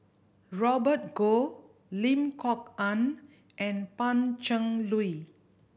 Robert Goh Lim Kok Ann and Pan Cheng Lui